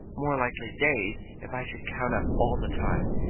more likely days, if i should count up all the time,